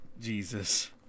Jesus